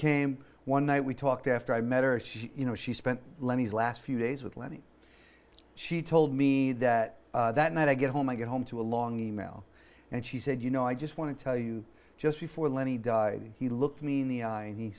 came one night we talked after i met her she you know she spent lenny's last few days with lenny she told me that that night i get home i get home to a long e mail and she said you know i just want to tell you just before lenny died he looked me in the eye and he